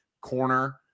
corner